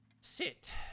sit